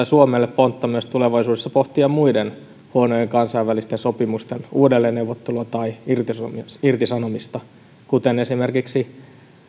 suomelle pontta myös tulevaisuudessa pohtia muiden huonojen kansainvälisten sopimusten uudelleenneuvottelua tai irtisanomista irtisanomista kuten esimerkiksi